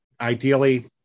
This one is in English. ideally